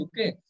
Okay